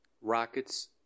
rockets